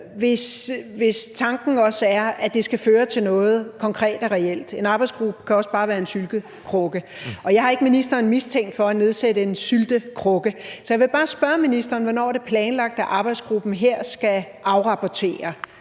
hvis tanken også er, at det skal føre til noget konkret og reelt. En arbejdsgruppe kan også bare være en syltekrukke, og jeg har ikke ministeren mistænkt for at nedsætte en syltekrukke, så jeg vil bare spørge ministeren, hvornår det er planlagt, at arbejdsgruppen her skal afrapportere.